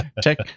check